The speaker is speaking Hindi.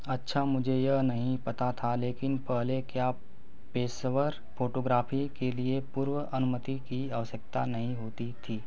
अच्छा मुझे यह नहीं पता था लेकिन पहले क्या पेशेवर फ़ोटोग्राफ़ी के लिए पूर्व अनुमति की आवश्यकता नहीं होती थी